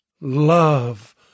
love